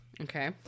Okay